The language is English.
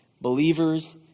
believers